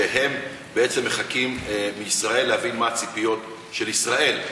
שהם בעצם מחכים מישראל להבין מה הציפיות של ישראל.